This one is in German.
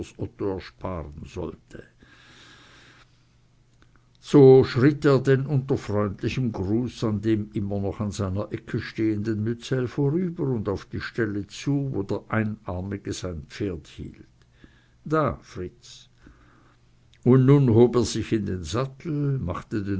ersparen wollte so schritt er denn unter freundlichem gruß an dem immer noch an seiner ecke stehenden mützell vorüber und auf die stelle zu wo der einarmige sein pferd hielt da fritz und nun hob er sich in den sattel machte